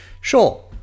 Sure